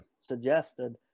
suggested